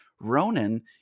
ronan